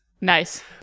Nice